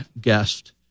guest